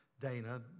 Dana